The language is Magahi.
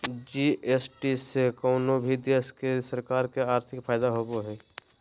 जी.एस.टी से कउनो भी देश के सरकार के आर्थिक फायदा होबो हय